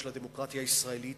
של הדמוקרטיה הישראלית,